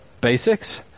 basics